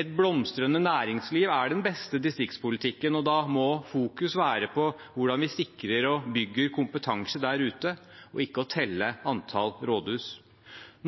Et blomstrende næringsliv er den beste distriktspolitikken, og da må fokus være på hvordan vi sikrer og bygger kompetanse der ute, ikke å telle antall rådhus.